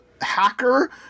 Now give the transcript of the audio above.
Hacker